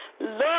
Love